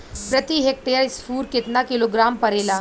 प्रति हेक्टेयर स्फूर केतना किलोग्राम परेला?